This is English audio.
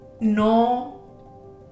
No